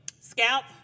scalp